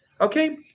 Okay